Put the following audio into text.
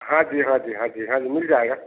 हाँ जी हाँ जी हाँ जी हाँ जी मिल जाएगा